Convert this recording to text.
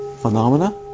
phenomena